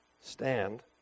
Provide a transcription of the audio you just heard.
stand